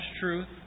truth